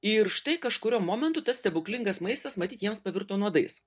ir štai kažkuriuo momentu tas stebuklingas maistas matyt jiems pavirto nuodais